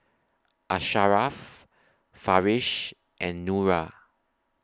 Asharaff Farish and Nura